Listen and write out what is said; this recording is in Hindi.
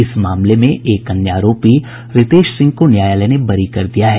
इस मामले में एक अन्य आरोपी रितेश सिंह को न्यायालय ने बरी कर दिया है